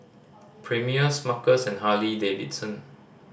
cPremier Smuckers and Harley Davidson